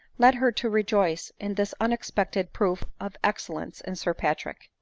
led her to rejoice in this unexpected proof of excellence in sir patrick.